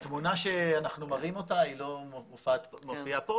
התמונה שאנחנו מראים אותה היא לא מופיעה פה,